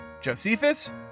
Josephus